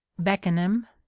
beckenham,